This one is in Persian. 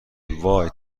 وای